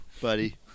buddy